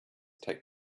take